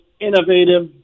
innovative